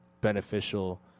beneficial